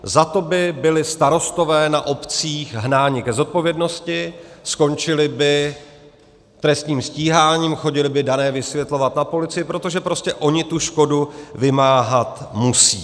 Za to by byli starostové na obcích hnáni k zodpovědnosti, skončili by trestním stíháním, chodili by dané vysvětlovat na policii, protože prostě oni tu škodu vymáhat musí.